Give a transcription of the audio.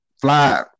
fly